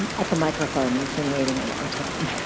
and at the microphone, you've been waiting a long time.